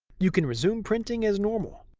you can resume printing as normal.